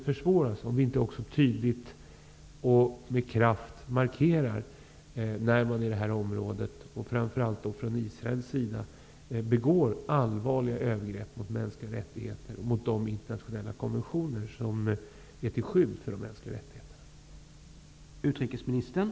Försvåras inte det om vi inte tydligt och med kraft markerar när man i det här området och framför allt från Israels sida begår allvarliga övergrepp mot mänskliga rättigheter och mot de internationella konventioner som är till skydd för de mänskliga rättigheterna?